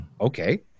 Okay